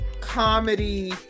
comedy